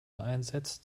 einsetzt